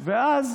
ואז